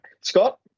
Scott